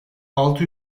altı